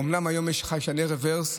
אומנם היום יש חיישני רוורס,